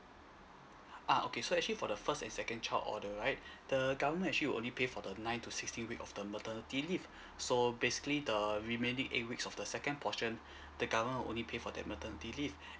ah okay so actually for the first and second child order right the government actually will only pay for the nine to sixteen week of the maternity leave so basically the remaining eight weeks of the second portion the government will only pay for that maternity leave